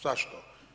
Zašto?